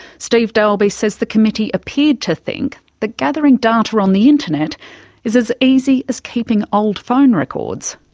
steve dalby says the committee appeared to think that gathering data on the internet is as easy as keeping old phone records.